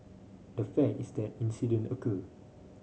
the fact is that incident occurred